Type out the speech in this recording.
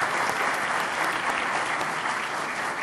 (מחיאות כפיים)